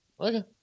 Okay